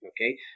Okay